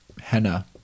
Henna